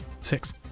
Six